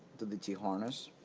to the t-harness.